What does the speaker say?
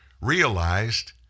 realized